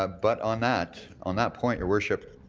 ah but on that on that point, your worship,